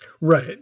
Right